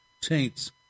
taints